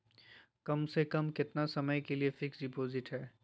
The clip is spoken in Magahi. कम से कम कितना समय के लिए फिक्स डिपोजिट है?